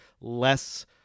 less